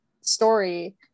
story